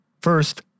First